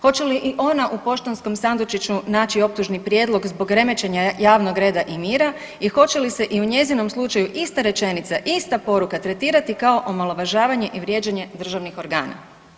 Hoće li i ona u poštanskom sandučiću naći optužni prijedlog zbog remećenja javnog reda i mira i hoće li se i u njezinom slučaju ista rečenica, ista poruka tretirati kao omalovažavanje i vrijeđanje državnih organa?